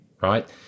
right